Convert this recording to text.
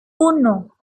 uno